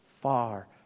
far